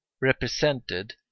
represented